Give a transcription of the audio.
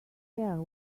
care